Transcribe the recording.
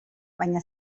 baina